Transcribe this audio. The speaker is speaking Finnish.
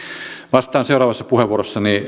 vastaan seuraavassa puheenvuorossani